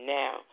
now